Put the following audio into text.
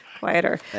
Quieter